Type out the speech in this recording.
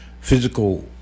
physical